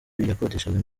yakodeshaga